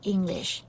English